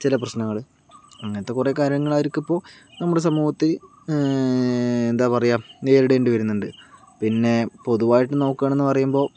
ചില പ്രശ്നങ്ങൾ അങ്ങനത്തെ കുറേ കാര്യങ്ങൾ അവർക്കിപ്പോൾ നമ്മുടെ സമൂഹത്തിൽ എന്താ പറയുക നേരിടേണ്ടി വരുന്നുണ്ട് പിന്നെ പൊതുവായിട്ട് നോക്കാണെന്ന് പറയുമ്പോൾ